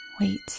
wait